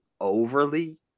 overly